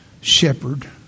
shepherd